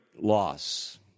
loss